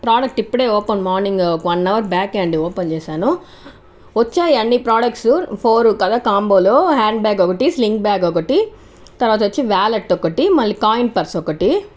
product ఇప్పుడే morning one hour back ఏ అండి ఓపెన్ చేశాను వచ్చాయి అన్ని ప్రొడక్ట్స్ ఫోర్ కదా కాంబోలు హ్యాండ్ బ్యాగ్ ఒకటి స్లిన్గ్ బ్యాగ్ ఒకటి తర్వాత వచ్చి వాలెట్ ఒకటి మళ్ళీ కాయిన్ పర్సు ఒకటి